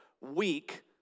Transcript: weak